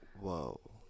Whoa